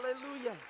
Hallelujah